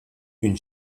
une